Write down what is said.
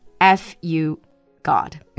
F-U-God